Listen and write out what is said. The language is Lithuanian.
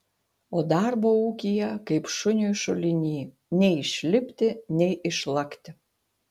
o darbo ūkyje kaip šuniui šuliny nei išlipti nei išlakti